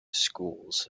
schools